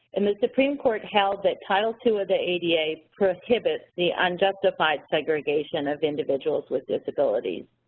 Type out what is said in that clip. and the supreme court held that title two of the ada ada prohibits the unjustified segregation of individuals with disabilities,